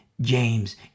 James